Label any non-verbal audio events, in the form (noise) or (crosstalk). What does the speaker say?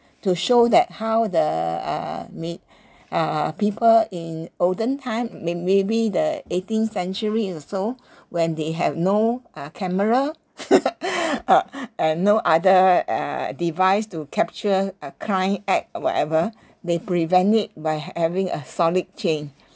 to show that how the err are made uh uh people in olden time they may be the eighteenth century and so when they have no uh camera (laughs) and no other uh device to capture a crime act or whatever they prevent it by having a solid chain